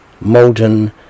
molten